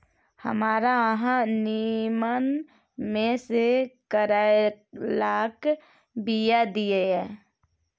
हमरा अहाँ नीमन में से करैलाक बीया दिय?